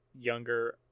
younger